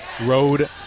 road